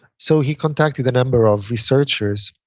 so he contacted a number of researchers.